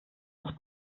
oft